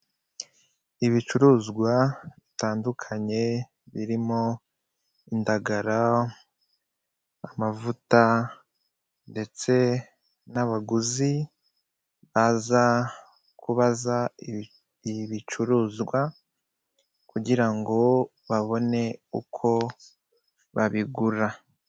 Ibicuruzwa bitandukanye, birimo indagara, amavuta, ndetse n'abaguzi baza kubaza ibicuruzwa kugira ngo babone uko babigura.